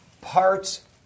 parts